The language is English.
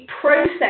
process